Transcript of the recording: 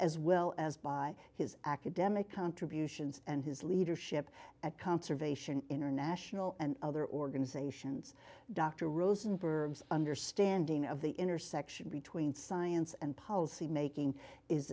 as well as by his academic contributions and his leadership at conservation international and other organizations dr rosenberg's understanding of the intersection between science and policy making is